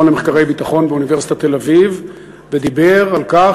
למחקרי ביטחון באוניברסיטת תל-אביב ודיבר על כך